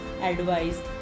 advice